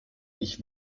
ich